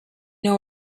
know